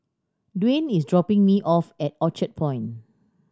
Dwaine is dropping me off at Orchard Point